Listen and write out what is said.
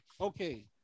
okay